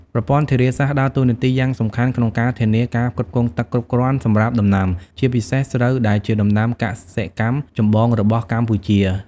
ប្រព័ន្ធធារាសាស្ត្រដើរតួនាទីយ៉ាងសំខាន់ក្នុងការធានាការផ្គត់ផ្គង់ទឹកគ្រប់គ្រាន់សម្រាប់ដំណាំ ជាពិសេសស្រូវ ដែលជាដំណាំកសិកម្មចម្បងរបស់កម្ពុជា។